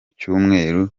cyumweru